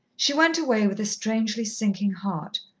she went away with a strangely sinking heart.